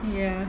ya